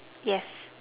yes